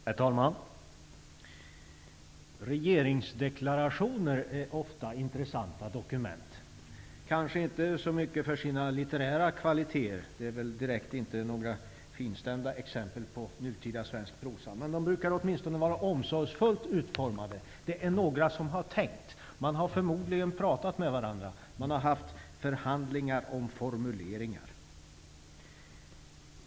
Herr talman! Regeringsdeklarationer är ofta intressanta dokument. De är kanske inte intressanta så mycket för sina litterära kvaliteter -- de utgör inte direkt några finstämda exempel på nutida svensk prosa -- men de brukar åtminstone vara omsorgsfullt utformade. Någon har tänkt efter, och man har förmodligen pratat med varandra och haft förhandlingar om formuleringar.